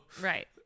right